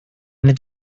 did